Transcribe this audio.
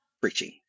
preaching